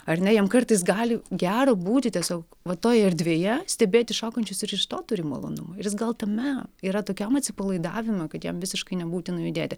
ar ne jam kartais gali gera būti tiesiog va toj erdvėje stebėti šokančius ir iš to turi malonumo ir jis gal tame yra tokiam atsipalaidavime kad jam visiškai nebūtina judėti